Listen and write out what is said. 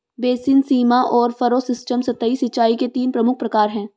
basin, सीमा और furrow system सतही सिंचाई के तीन प्रमुख प्रकार है